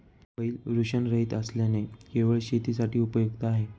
बैल वृषणरहित असल्याने केवळ शेतीसाठी उपयुक्त आहे